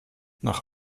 nach